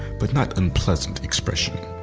but not unpleasant expression.